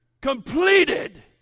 completed